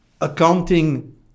accounting